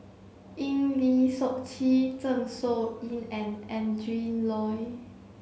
Eng Lee Seok Chee Zeng Shouyin and Adrin Loi